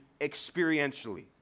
experientially